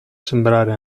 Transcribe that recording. sembrare